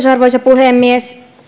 arvoisa puhemies